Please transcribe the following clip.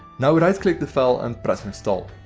now right click the file and press install.